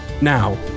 Now